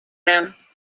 them